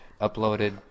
uploaded